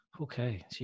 Okay